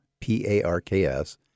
P-A-R-K-S